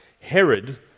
Herod